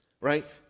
right